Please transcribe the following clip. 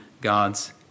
God's